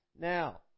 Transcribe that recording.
Now